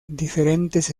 diferentes